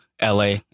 LA